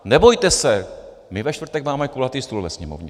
Nebojte se, my ve čtvrtek máme kulatý stůl ve Sněmovně.